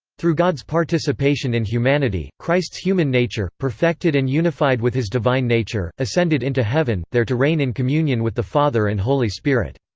through god's participation in humanity, christ's human nature, perfected and unified with his divine nature, ascended into heaven, there to reign in communion with the father and holy spirit.